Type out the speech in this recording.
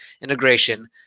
integration